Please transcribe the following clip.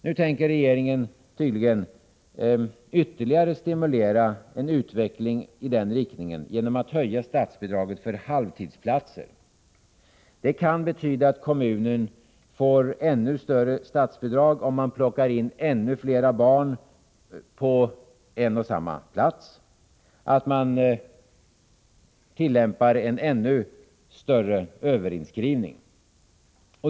Nu tänker regeringen tydligen ytterligare stimulera en utveckling i den riktningen genom att höja statsbidraget för halvtidsplatser. Det kan betyda att kommunerna får ännu större statsbidrag, om man plockar in flera barn på samma plats och alltså tillämpar en ännu större överinskrivning.